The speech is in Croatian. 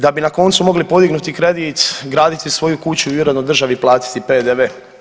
Da bi na koncu mogli podignuti kredit, graditi svoju kuću i uredno državi platiti PDV.